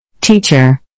Teacher